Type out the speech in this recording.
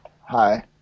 Hi